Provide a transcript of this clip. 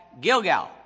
Gilgal